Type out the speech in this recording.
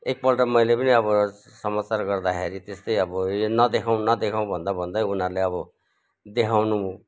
एकपल्ट मैले पनि अब समाचार गर्दाखेरि त्यस्तै अब यो नदेखाउँ नदेखाउँ भन्दाभन्दै उनीहरूले अब देखाउनु